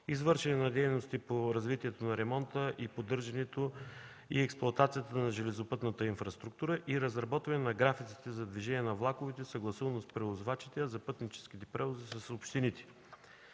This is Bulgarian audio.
извършване на дейности по развитието на ремонта, поддържането и експлоатацията на железопътната инфраструктура, и изработване на графиците за движение на влаковете, съгласувано с превозвачите, за пътническите превози – с общините.